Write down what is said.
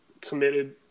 committed